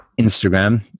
Instagram